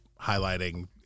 highlighting